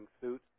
suit